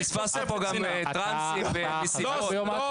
פספסת פה גם טראנסים ומסיבות.